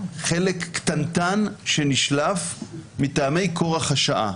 חלק קטנטן שנשלף מטעמי כורח השעה,